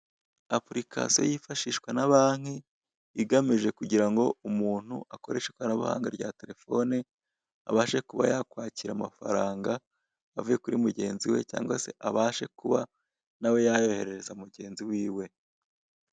Apurikasiyo yifashishwa na banki igamije kugira ngo umuntu akoreshe ikoranabuhanga rya telefoni, abashe kuba yakwakira amafaranga avuye kuri mugenzi we cyangwa se abashe kuba na we yayoherereza mugenzi wiwe.